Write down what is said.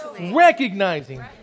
Recognizing